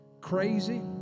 crazy